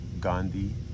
Gandhi